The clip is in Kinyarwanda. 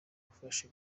gufasha